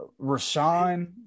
Rashawn